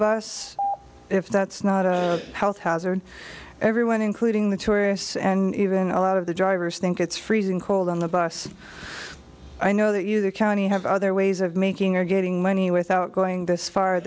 bus if that's not a health hazard everyone including the tourists and even a lot of the drivers think it's freezing cold on the bus i know that you the county have other ways of making your getting money without going this far